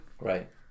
Right